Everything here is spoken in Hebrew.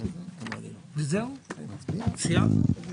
הצבעה בגלל שהוא רוצה לברר ולא --- אני באמת לא רוצה להזכיר לכם